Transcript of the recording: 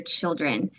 children